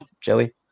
Joey